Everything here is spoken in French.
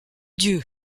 dieu